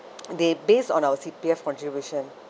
they based on our C_P_F contribution